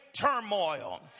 turmoil